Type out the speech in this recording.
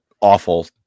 awful